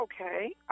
Okay